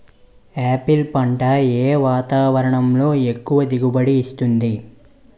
Apple పంట ఏ వాతావరణంలో ఎక్కువ దిగుబడి ఇస్తుంది?